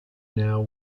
now